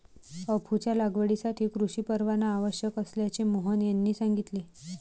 अफूच्या लागवडीसाठी कृषी परवाना आवश्यक असल्याचे मोहन यांनी सांगितले